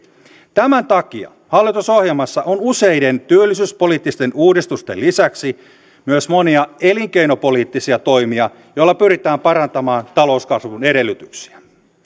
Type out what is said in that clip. tämän takia hallitusohjelmassa on useiden työllisyyspoliittisten uudistusten lisäksi myös monia elinkeinopoliittisia toimia joilla pyritään parantamaan talouskasvun edellytyksiä